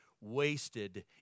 wasted